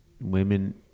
women